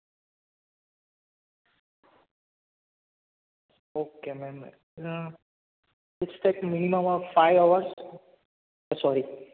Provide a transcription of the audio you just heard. okay ma'am its take minimum five hours sorry